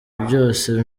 byose